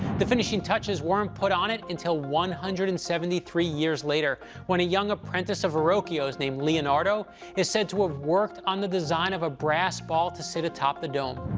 the finishing touches weren't put on it until one hundred and seventy three years later, when a young apprentice of verrocchio's named leonardo is said to have ah worked on the design of a brass ball to sit atop the dome.